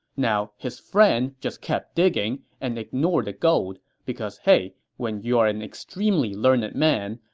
now, his friend just kept digging and ignored the gold, because hey, when you're an extremely learned man,